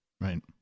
Right